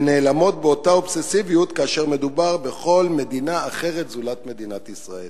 ונעלמות באותה אובססיביות כאשר מדובר בכל מדינה אחרת זולת מדינת ישראל.